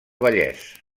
vallès